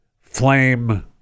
flame